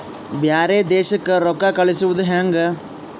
ಬ್ಯಾರೆ ದೇಶಕ್ಕೆ ರೊಕ್ಕ ಕಳಿಸುವುದು ಹ್ಯಾಂಗ?